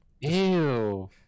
Ew